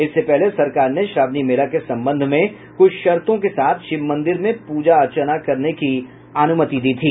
इससे पहले सरकार ने श्रावणी मेला के संबंध में कुछ शर्तों के साथ शिव मंदिर में पूजा अर्चना करने की अनुमति दी थी